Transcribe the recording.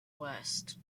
west